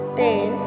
ten